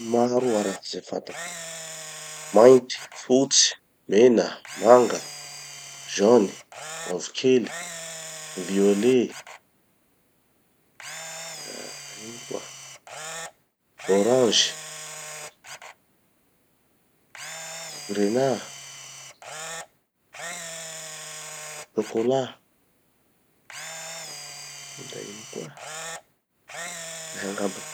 Maro araky ze fantako. Mainty, fotsy, mena, manga, jaune, mavokely, violet, ah ino koa, oranzy, grenat, chocolat, da ino koa. Zay angamba.